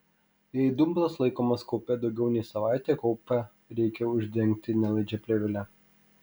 jei dumblas laikomas kaupe daugiau nei savaitę kaupą reikia uždengti nelaidžia plėvele